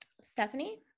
Stephanie